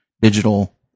Digital